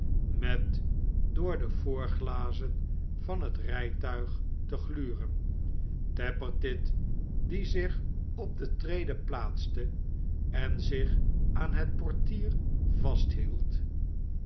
met door de voorglazen van het rijtuig te gluren tappertit die zich op de trede plaatste en zich aan het portier vasthield